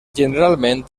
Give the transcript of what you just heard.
generalment